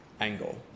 angle